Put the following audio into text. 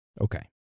Okay